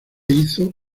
hizo